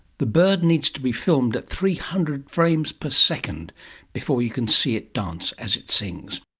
the bird needs to be filmed at three hundred frames per second before you can see it dance as it sings